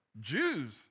Jews